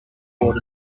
board